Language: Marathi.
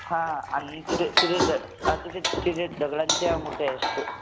हा आणि तिथे तिथे द तिथे तिथे दगडांच्या मूर्त्या आहेत